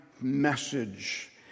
message